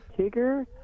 Tigger